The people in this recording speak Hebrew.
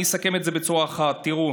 אני אסכם את זה בצורה אחת: תראו,